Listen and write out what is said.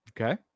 Okay